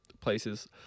places